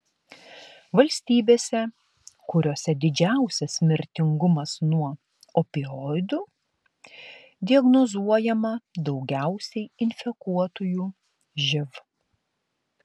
valstybėse kuriose didžiausias mirtingumas nuo opioidų diagnozuojama daugiausiai infekuotųjų živ